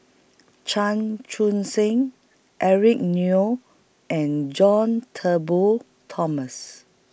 Chan Chun Sing Eric Neo and John Turnbull Thomas